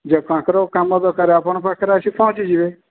ଯେ ତାଙ୍କର କାମ ଦରକାର ଆପଣଙ୍କ ପାଖରେ ଆସି ପହଞ୍ଚିଯିବେ